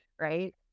Right